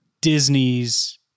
Disney's